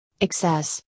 Excess